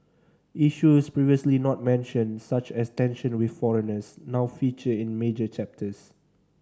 issues previously not mentioned such as tension with foreigners now feature in major chapters